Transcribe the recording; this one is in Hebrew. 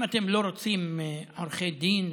אם אתם לא רוצים עורכי דין,